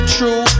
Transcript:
True